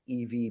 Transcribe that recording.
EV